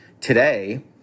today